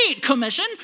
commission